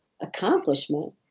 accomplishment